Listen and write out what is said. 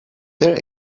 their